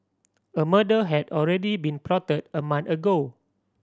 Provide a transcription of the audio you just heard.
a murder had already been plotted a month ago